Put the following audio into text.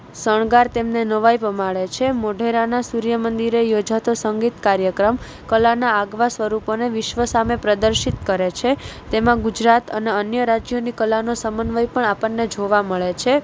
શણગાર તેમને નવાઈ પમાડે છે મોઢેરાના સૂર્ય મંદિરે યોજાતો સંગીત કાર્યક્રમ કલાના આગવા સ્વરૂપોને વિશ્વ સામે પ્રદર્શિત કરે છે તેમાં ગુજરાત અને અન્ય રાજ્યોની કલાનો સમન્વય પણ આપણને જોવા મળે છે